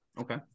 Okay